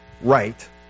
right